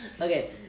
Okay